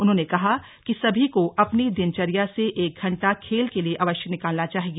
उन्होंने कहा कि हम सभी को अपनी दिन चर्या से एक घण्टा खेल के लिए अवश्य निकालना चाहिए